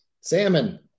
salmon